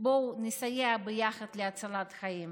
בואו נסייע יחד להצלת חיים.